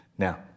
Now